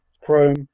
Chrome